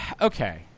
Okay